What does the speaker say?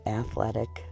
athletic